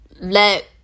let